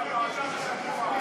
יאללה,